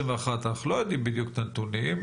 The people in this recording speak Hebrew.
אנחנו לא יודעים בדיוק את הנתונים,